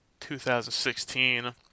2016